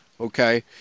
Okay